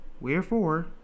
Wherefore